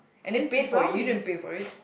and they paid for it you didn't pay for it